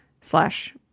slash